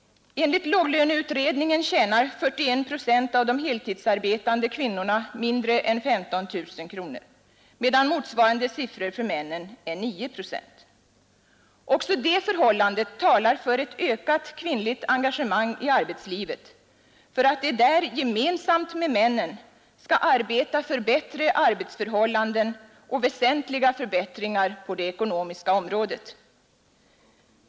Enligt låglöneutredningen tjänar 41 procent av de heltidsarbetande kvinnorna mindre än 15 000 kronor medan motsvarande siffra för männen är 9 procent. Också det förhållandet talar för ett ökat kvinnligt engagemang i arbetslivet för att de där gemensamt med männen skall arbeta för bättre förhållanden och väsentliga förbättringar på det ekonomiska området.